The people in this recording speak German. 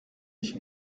ich